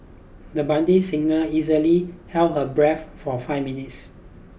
the budding singer easily held her breath for five minutes